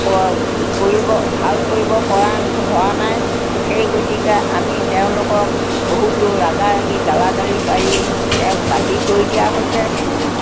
ক কৰিব ভাল কৰিব পৰা হোৱা নাই সেই গতিকে আমি তেওঁলোকক বহুতো ৰাগা ৰাগি গালাগালি পাৰি তেওঁক বাহিৰ কৰি দিয়া হৈছে